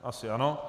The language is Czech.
Asi ano.